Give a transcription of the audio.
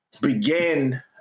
begin